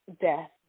death